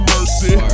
Mercy